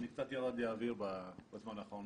קצת ירד לי האוויר בזמן האחרון.